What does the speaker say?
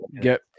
get